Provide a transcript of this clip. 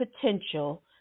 potential